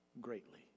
Greatly